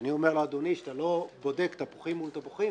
כשאני אומר לאדוני שאתה לא בודק תפוחים מול תפוחים,